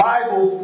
Bible